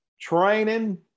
training